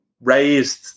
raised